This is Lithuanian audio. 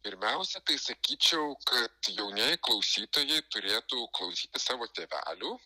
pirmiausia tai sakyčiau kad jaunieji klausytojai turėtų klausyti savo tėvelių